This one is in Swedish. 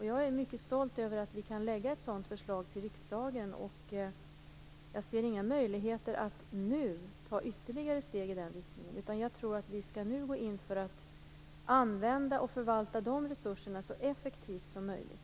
Jag är mycket stolt över att vi kan lägga fram ett sådant förslag till riksdagen. Jag ser inga möjligheter att nu ta ytterligare steg i den riktningen, utan jag tror att vi skall gå in för att använda och förvalta dessa resurser så effektivt som möjligt.